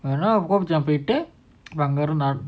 வேணா:venaa kopichan போயிட்டுஅங்கஇருந்து:poitdu anga irundhu